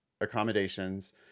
accommodations